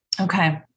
Okay